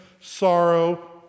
sorrow